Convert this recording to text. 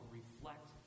reflect